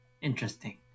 interesting